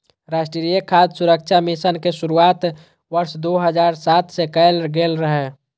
राष्ट्रीय खाद्य सुरक्षा मिशन के शुरुआत वर्ष दू हजार सात मे कैल गेल रहै